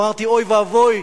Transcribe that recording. ואמרתי: אוי ואבוי,